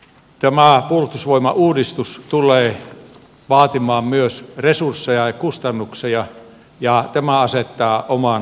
tämä puolustusvoimauudistus tulee vaatimaan myös resursseja ja kustannuksia ja tämä asettaa oman haasteensa